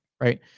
right